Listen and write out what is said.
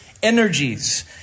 energies